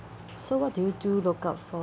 so what do you do look out for